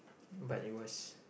but it was